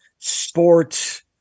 Sports